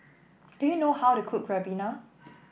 do you know how to cook Ribena